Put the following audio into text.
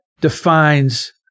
defines